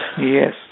Yes